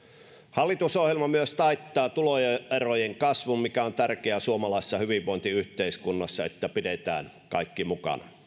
hallitusohjelma myös taittaa tuloerojen kasvun mikä on tärkeää suomalaisessa hyvinvointiyhteiskunnassa että pidetään kaikki mukana